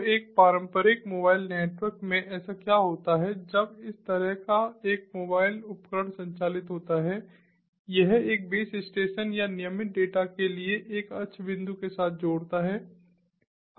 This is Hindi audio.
तो एक पारंपरिक मोबाइल नेटवर्क में ऐसा क्या होता है जब इस तरह का एक मोबाइल उपकरण संचालित होता है यह एक बेस स्टेशन या नियमित डेटा के लिए एक अक्ष बिंदु के साथ जोड़ता है